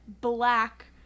Black